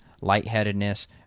lightheadedness